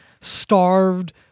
starved